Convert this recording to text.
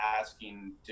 asking